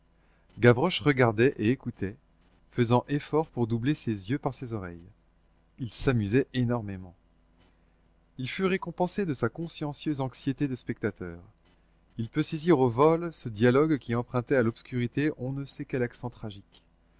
gavroche regardait et écoutait faisant effort pour doubler ses yeux par ses oreilles il s'amusait énormément il fut récompensé de sa consciencieuse anxiété de spectateur il put saisir au vol ce dialogue qui empruntait à l'obscurité on ne sait quel accent tragique